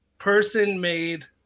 Person-made